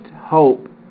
hope